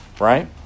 right